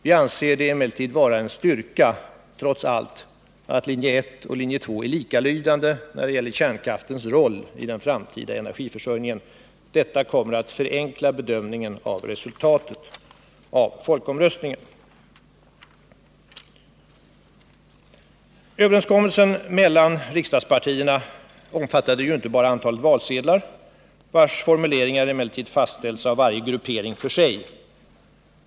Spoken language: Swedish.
Vi anser det emellertid vara en styrka trots allt att linje ett och linje två är likalydande när det gäller kärnkraftens roll i den framtida energiförsörjningen. Detta kommer att förenkla bedömningen av resultatet av folkomröstningen.” Överenskommelsen mellan riksdagspartierna omfattade ju inte bara antalet valsedlar, vilkas formuleringar emellertid fastställts av varje gruppering för sig.